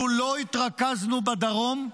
לו לא התרכזנו בדרום,